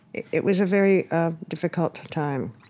it it was a very ah difficult time